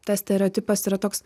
tas stereotipas yra toks